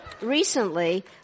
recently